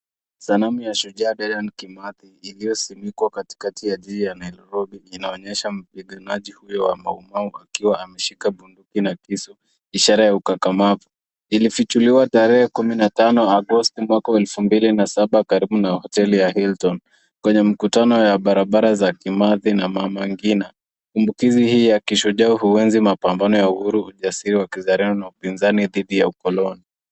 Sanamu ya shujaa Dedan Kimathi iliyosimkwa katikati ya jiji ya Nairobi inaonyesha mpiganaji huyo wa Maumau akiwa ameshika bunduki na kisu, ishara ya ukakamavu. Ilifichuliwa tarehe kumi na tano Agosti mwaka wa elfu mbili na saba karibu na hoteli ya Hilton, kwenye mkutano ya barabara za Kimathi na Mama Ngina. Kumbukizi hii ya kishujaa huenzi mapambano ya uhuru, ujasiri wa kizalendo na upinzani dhidi ya ukoloni.